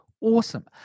awesome